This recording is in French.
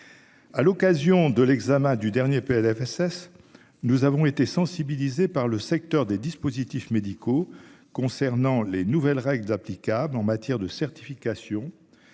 À l'occasion de l'examen du dernier PLFSS. Nous avons été sensibilisés par le secteur des dispositifs médicaux concernant les nouvelles règles applicables en matière de certification.